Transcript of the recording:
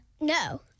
No